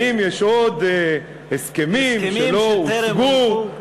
האם יש עוד הסכמים שלא הוצגו,